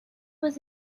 was